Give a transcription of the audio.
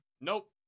Nope